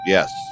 Yes